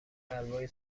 حلوای